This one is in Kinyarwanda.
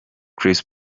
chris